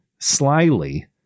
slyly